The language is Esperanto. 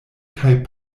kaj